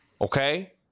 okay